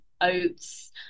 oats